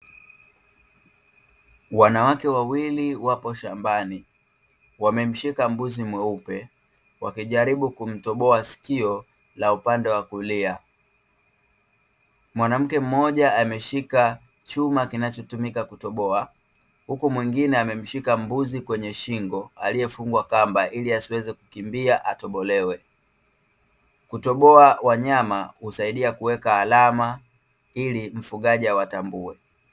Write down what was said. Wanawake wawili wapo shambani, wamemshika mbuzi mweupe wakijaribu kumtoboa sikio la upande wa kulia, mwanamke mmoja ameshika chuma kinachotumika kutoboa huku mwingine amemshika mbuzi kwenye shingo aliyefungwa kamba ili asiweze kukimbia atobolewe, kutoboa wanyama husaidia kuweka alama ili mfugaji awatambue.